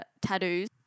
tattoos